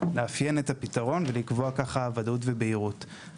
לאפיין את הפתרון ולקבוע ודאות ובהירות בתחום זה.